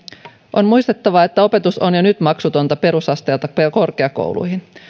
on muistettava että opetus on jo nyt maksutonta perusasteelta korkeakouluihin